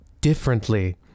differently